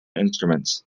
instruments